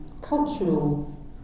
cultural